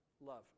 love